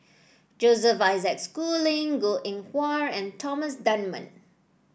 Joseph Isaac Schooling Goh Eng Wah and Thomas Dunman